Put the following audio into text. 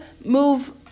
move